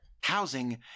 Housing